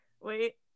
wait